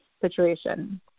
situation